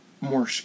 more